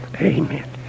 Amen